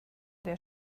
der